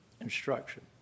Instruction